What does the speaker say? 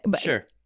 Sure